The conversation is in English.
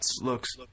looks